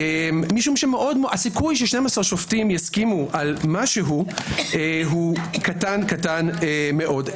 כי הסיכוי ש-12 שופטים יסכימו על משהו הוא קטן-קטן מאוד.